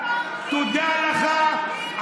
תודה לך,